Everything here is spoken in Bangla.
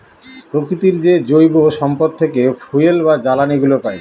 প্রকৃতির যে জৈব সম্পদ থেকে ফুয়েল বা জ্বালানিগুলো পাই